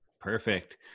Perfect